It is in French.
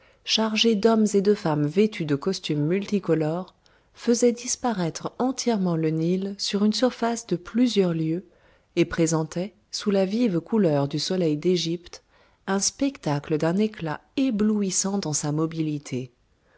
chargées d'hommes et de femmes vêtus de costumes multicolores faisaient disparaître entièrement le nil sur une surface de plusieurs lieues et présentaient sous la vive couleur du soleil d'égypte un spectacle d'un éclat éblouissant dans sa mobilité